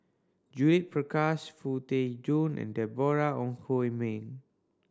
Judith Prakash Foo Tee Jun and Deborah Ong Hui Min